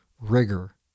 rigor